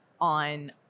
on